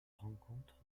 rencontre